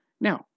Now